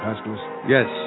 Yes